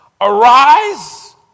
Arise